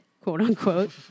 Quote-unquote